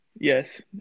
yes